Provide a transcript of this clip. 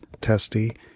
testy